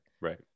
Right